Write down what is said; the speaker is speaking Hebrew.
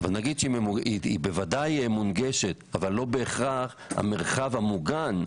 היא בוודאי תהיה מונגשת אבל לא בהכרח המרחב המוגן,